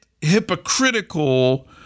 hypocritical